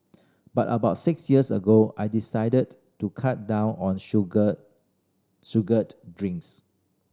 but about six years ago I decided to cut down on sugar sugared drinks